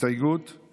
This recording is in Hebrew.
הסתייגות 7